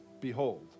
behold